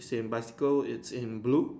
is in bicycle it's in blue